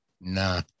Nah